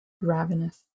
ravenous